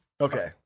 Okay